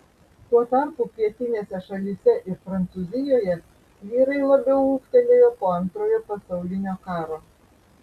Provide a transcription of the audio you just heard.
tuo tarpu pietinėse šalyse ir prancūzijoje vyrai labiau ūgtelėjo po antrojo pasaulinio karo